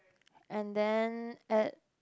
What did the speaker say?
and then at